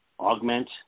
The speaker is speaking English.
augment